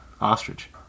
ostrich